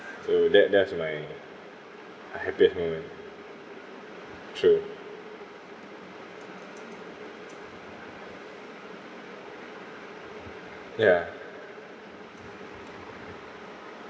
so that that's my ah happiest moment true ya